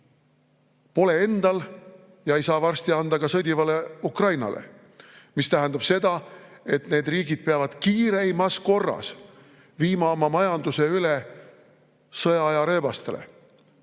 pole endal ja varsti ei saa anda ka sõdivale Ukrainale. See tähendab seda, et need riigid peavad kiireimas korras viima oma majanduse üle sõjaaja rööbastele,